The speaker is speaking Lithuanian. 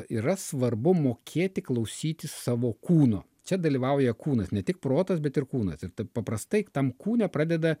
yra svarbu mokėti klausytis savo kūno čia dalyvauja kūnas ne tik protas bet ir kūnas ir taip paprastai tam kūne pradeda